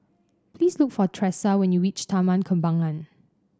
please look for Tresa when you reach Taman Kembangan